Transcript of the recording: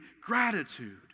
gratitude